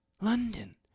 London